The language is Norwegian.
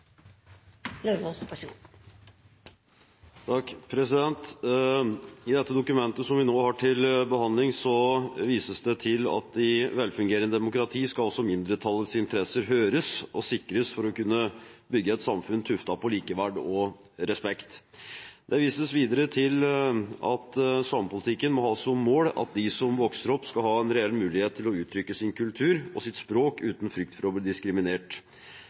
I det dokumentet som vi nå har til behandling, vises det til at i velfungerende demokrati skal også mindretallets interesser høres og sikres for å kunne bygge et samfunn tuftet på likeverd og respekt. Det vises videre til at samepolitikken må ha som mål at de som vokser opp, skal ha en reell mulighet til å uttrykke sin kultur og sitt språk uten frykt for å bli diskriminert.